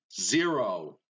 zero